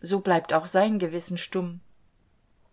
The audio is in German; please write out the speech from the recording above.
so bleibt auch sein gewissen stumm